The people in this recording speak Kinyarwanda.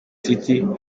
city